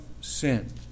sin